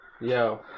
Yo